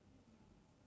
the bird right